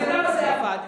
הבן-אדם הזה עבד.